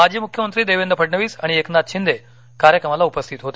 माजी मुख्यमंत्री देवेंद्र फडणवीस आणि एकनाथ शिंदे कार्यक्रमाल उपस्थित होते